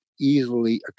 easily